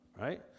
right